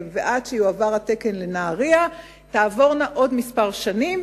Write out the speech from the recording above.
ועד שיועבר התקן לנהרייה תעבורנה עוד כמה שנים,